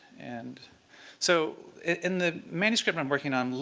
and so in the manuscript i'm working on,